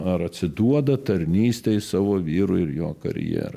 ar atsiduoda tarnystei savo vyrui ir jo karjera